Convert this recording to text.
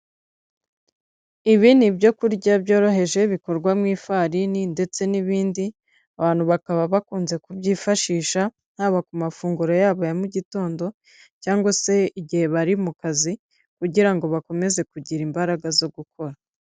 Ibi ni ibyo kurya byoroheje bikorwa mu ifarini ndetse n'ibindi, abantu bakaba bakunze kubyifashisha haba ku mafunguro yabo ya mugitondo cyangwa se igihe bari mu kazi, kugira ngo bakomeze kugira imbaraga zo gukora.